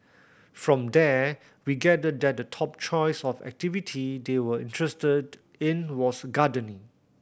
from there we gathered that the top choice of activity they were interested in was gardening